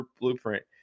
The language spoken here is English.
blueprint